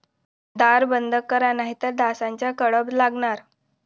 दार बंद करा नाहीतर डासांचा कळप लागणार